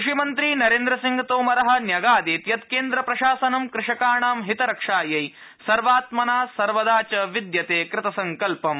कृषिमन्त्री नरेन्द्र सिंह तोमर न्यगादीत यतु केन्द्रप्रशासनं कृषकाणां हितरक्षायै सर्वात्मना सर्वदा च विद्यते कृतसंकल्पम्